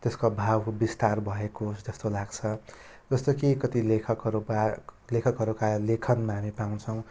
त्यसको भावको विस्तार भएको होस् जस्तो भएको छ जस्तो कि कत्ति लेखकहरू वा लेखकहरूका लेखनमा हामी पाउँछौँ